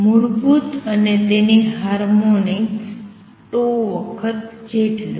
મૂળભૂત અને તેની હાર્મોનિક્સ વખત જેટલું